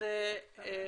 תציג את עצמך,